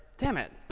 dammit.